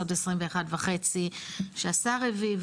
עוד 21 וחצי שהשר הביא,